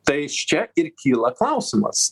tai iš čia ir kyla klausimas